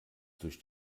durch